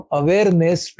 awareness